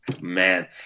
man